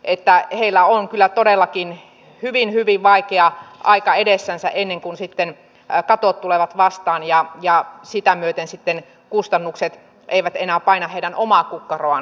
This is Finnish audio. heillä on kyllä todellakin hyvin hyvin vaikea aika edessänsä ennen kuin sitten katot tulevat vastaan ja sitä myöten sitten kustannukset eivät enää paina heidän omaa kukkaroaan